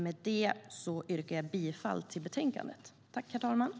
Med det yrkar jag bifall till förslaget i betänkandet.